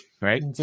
right